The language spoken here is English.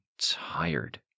tired